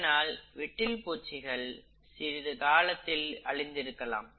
இதனால் விட்டில் பூச்சிகள் சிறிது காலத்தில் அழிந்திருக்கலாம்